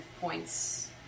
points